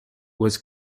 was